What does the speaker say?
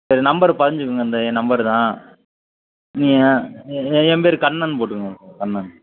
சரி நம்பர் பதிஞ்சுக்குங்க இந்த நம்பர் தான் நீங்கள் எ என் பேர் கண்ணன்னு போட்டுக்கோங்க கண்ணன்